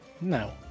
No